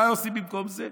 מה עושים במקום זה?